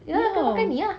oh